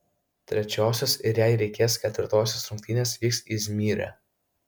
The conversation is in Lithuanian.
trečiosios ir jei reikės ketvirtosios rungtynės vyks izmyre